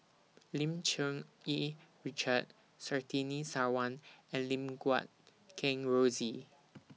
Lim Cherng Yih Richard Surtini Sarwan and Lim Guat Kheng Rosie